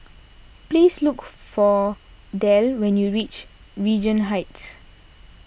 please look for Del when you reach Regent Heights